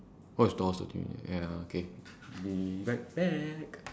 what is ya okay be right back